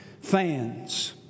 fans